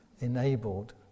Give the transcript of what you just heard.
enabled